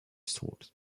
start